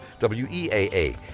WEAA